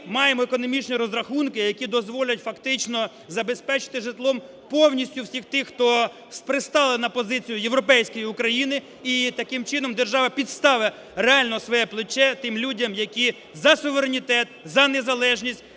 Ми маємо економічні розрахунки, які дозволять фактично забезпечити житлом повністю всіх тих, хто пристали на позицію європейської України і таким чином держава підставить реально своє плече тим людям, які за суверенітет, за незалежність,